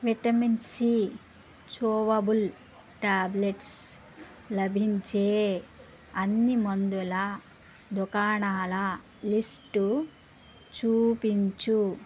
vitamin C chewable tablets లభించే అన్ని మందుల దుకాణాల లిస్టు చూపించు